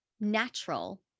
natural